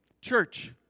church